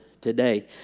today